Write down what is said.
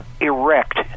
erect